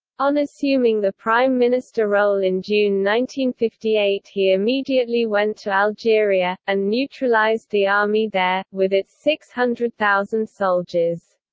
on assuming the prime minister role and you know fifty eight he immediately went to algeria, and neutralised the army there, with its six hundred thousand soldiers.